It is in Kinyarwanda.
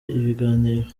ibiganiro